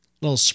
little